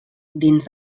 dins